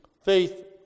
faith